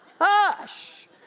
hush